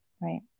right